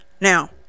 Now